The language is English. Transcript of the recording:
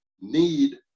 need